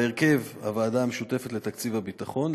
בהרכב הוועדה המשותפת לתקציב הביטחון,